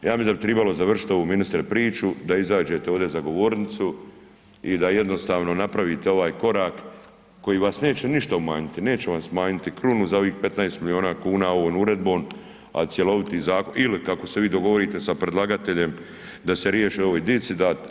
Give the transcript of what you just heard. Ja mislim da bi trebalo završiti ovu ministre priču da izađete ovdje za govornicu i da jednostavno napravite ovaj korak koji vas neće ništa umanjiti, neće vam smanjiti krunu za ovih 15 milijuna kuna ovom uredbom a cjeloviti zakon, ili kako se vi dogovorite sa predlagateljem da se riješi ovoj djeci dati.